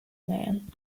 man